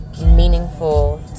meaningful